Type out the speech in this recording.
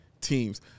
teams